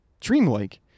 dreamlike